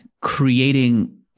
creating